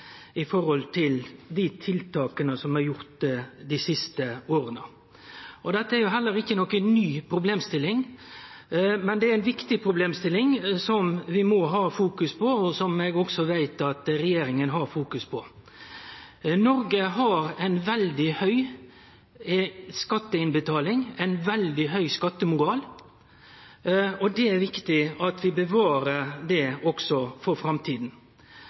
i forhold til dei tiltaka som er gjorde dei siste åra. Dette er heller ikkje noka ny problemstilling, men det er ei viktig problemstilling, som vi må ha fokus på, og som eg også veit at regjeringa har fokus på. Noreg har ei veldig høg skatteinnbetaling, ein veldig høg skattemoral, og det er viktig at vi bevarer det også for framtida.